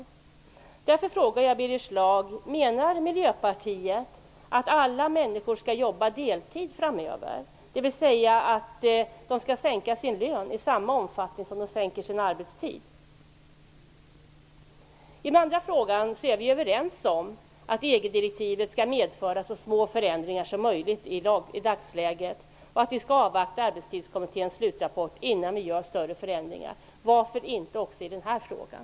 Jag vill därför fråga Birger Schlaug: Menar Miljöpartiet att alla människor skall jobba deltid framöver, dvs. att de skall sänka sin lön i samma omfattning som de sänker sin arbetstid? När det gäller den andra frågan är vi överens om att EG-direktivet skall medföra så små förändringar som möjligt i dagsläget och att vi skall avvakta Arbetstidskommitténs slutrapport innan vi gör större förändringar. Varför inte också i den här frågan?